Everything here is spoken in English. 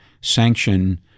sanction